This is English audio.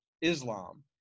islam